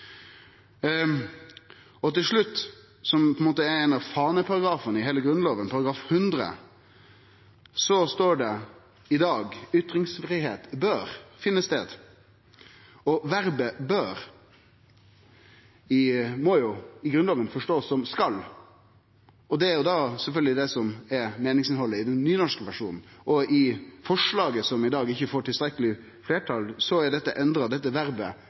Til slutt: I § 100, som på ein måte er ein av faneparagrafane i Grunnlova, står det i dag: «Ytringsfrihet bør finne sted.» Ordet «bør» i Grunnlova må jo bli forstått som «skal». Det er sjølvsagt også det som er meiningsinnhaldet i den nynorske versjonen. I forslaget som i dag ikkje får eit tilstrekkeleg fleirtal, er dette endra